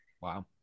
Wow